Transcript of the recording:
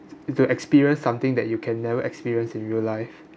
if you experience something that you can never experience in real life